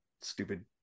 Stupid